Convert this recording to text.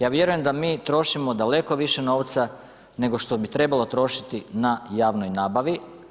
Ja vjerujem da mi trošimo daleko više novca nego što bi trebalo trošiti na javnoj nabavi.